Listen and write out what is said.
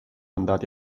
andati